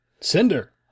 Cinder